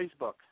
Facebook